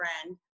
friend